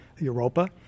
Europa